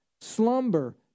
slumber